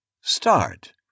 Start